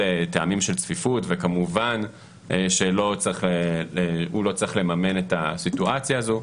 טעמים של צפיפות וכמובן שהוא לא צריך לממן את הסיטואציה הזאת.